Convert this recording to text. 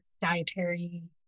dietary